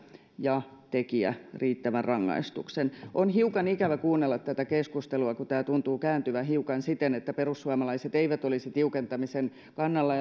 ja tekijä riittävän rangaistuksen on hiukan ikävä kuunnella tätä keskustelua kun tämä tuntuu kääntyvän hiukan siten että perussuomalaiset eivät olisi tiukentamisen kannalla